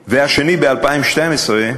והשני, ב-2012,